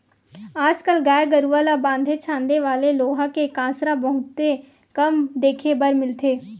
आज कल गाय गरूवा ल बांधे छांदे वाले लोहा के कांसरा बहुते कम देखे बर मिलथे